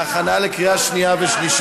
לכן אני קובע שהצעת חוק שירות ביטחון (תיקון מס' 21),